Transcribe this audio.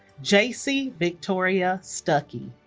jacey victoria stuckey